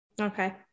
Okay